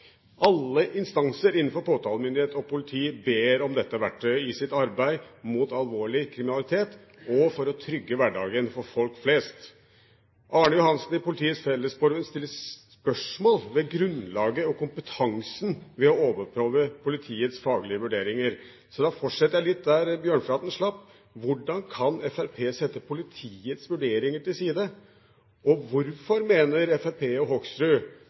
Alle instanser innenfor påtalemyndighet og politi ber om dette verktøyet i sitt arbeid mot alvorlig kriminalitet og for å trygge hverdagen for folk flest. Arne Johannessen i Politiets Fellesforbund stiller spørsmål ved grunnlaget og kompetansen ved å overprøve politiets faglige vurderinger. Derfor fortsetter jeg litt der Bjørnflaten slapp: Hvordan kan Fremskrittspartiet sette politiets vurderinger til side? Og hvorfor mener Fremskrittspartiet og Hoksrud